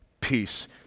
peace